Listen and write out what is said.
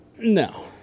No